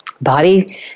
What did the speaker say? Body